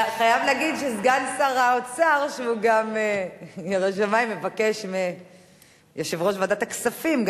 חייב להגיד שסגן שר האוצר שהוא גם ירא שמים מבקש מיושב-ראש ועדת הכספים,